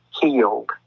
healed